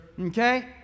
Okay